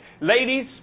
Ladies